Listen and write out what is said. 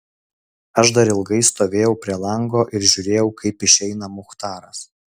aš dar ilgai stovėjau prie lango ir žiūrėjau kaip išeina muchtaras